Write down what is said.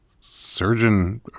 surgeon